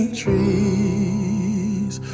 trees